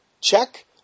Check